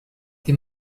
they